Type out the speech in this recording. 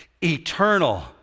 eternal